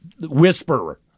whisperer